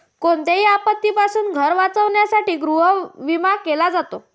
कोणत्याही आपत्तीपासून घर वाचवण्यासाठी गृहविमा केला जातो